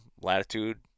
latitude